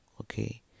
Okay